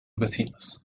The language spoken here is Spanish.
vecinos